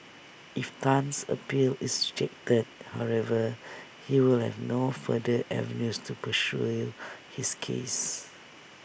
if Tan's appeal is rejected however he will have no further avenues to pursue you his case